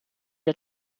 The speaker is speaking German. der